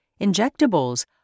injectables